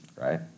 right